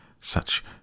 Such